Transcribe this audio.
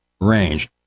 range